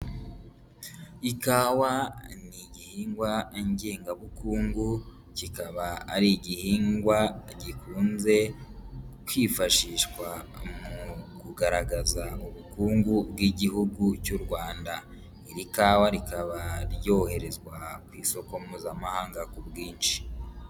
Ikawa ni igihingwa ngengabukungu, kikaba ari igihingwa gikunze kwifashishwa mu kugaragaza ubukungu bw'Igihugu cy'u Rwanda, iri kawa rikaba ryoherezwa ku isoko mpuzamahanga ku bwinshi.